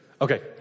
Okay